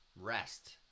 rest